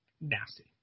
nasty